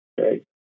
Okay